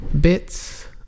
bits